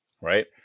right